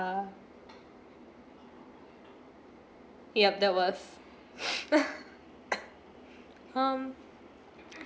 yup that was um